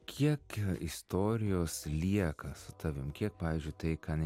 kiek istorijos lieka su tavim kiek pavyzdžiui tai ką ne